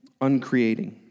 Uncreating